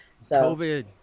COVID